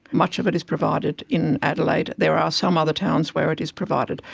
much of it is provided in adelaide. there are some other towns where it is provided,